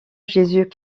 jésus